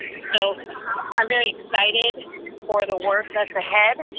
so i'm very excited for the work that's ahead